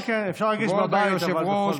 כן, כן, אפשר להרגיש בבית, אבל בכל זאת.